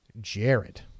Jared